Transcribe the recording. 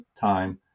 time